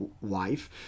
wife